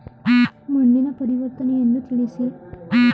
ಮಣ್ಣಿನ ಪರಿವರ್ತನೆಯನ್ನು ತಿಳಿಸಿ?